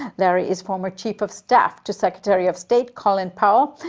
larry is former chief of staff to secretary of state colin powell,